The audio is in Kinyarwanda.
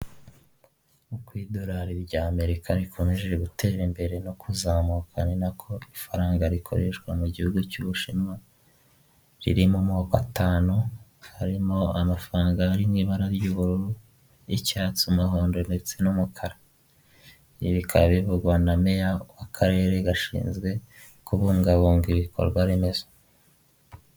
Nk'uko idolari ry'amerika rikomeje gutera imbere no kuzamuka, ni nako ifaranga rikoreshwa mu gihugu cy'ubushinwa riri mu moko atanu harimo amafaranga ari mw'ibara ry'ubururu n'icyatsi, umuhondo ndetse n'umukara. Bikaba bivugwa na meya w'akarere gashinzwe kubungabunga ibikorwa remezo.